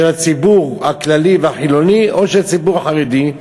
של הציבור הכללי והחילוני או של הציבור החרדי,